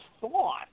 thought